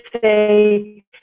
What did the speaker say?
say